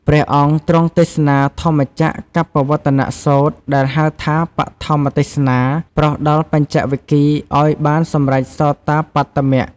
ព្រះអង្គទ្រង់ទេសនាធម្មចក្រកប្បវត្តនសូត្រ ដែលហៅថាបឋមទេសនា ប្រោសដល់បញ្ចវគិ្គយ៍ឲ្យបានសម្រេចសោតាបត្តមគ្គ។